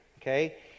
okay